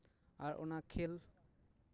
ᱟᱨ ᱚᱱᱟ ᱠᱷᱮᱞ